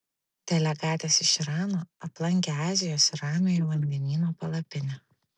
delegatės iš irano aplankė azijos ir ramiojo vandenyno palapinę